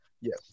Yes